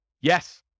Yes